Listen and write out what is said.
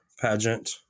pageant